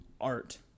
art